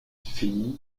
fille